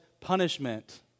punishment